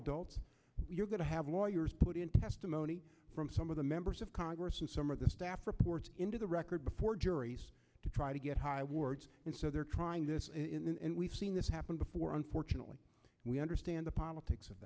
adults we're going to have lawyers put in testimony from some of the members of congress and some of the staff reports into the record before juries to try to get high words and so they're trying this and we've seen this happen before unfortunately we understand the politics of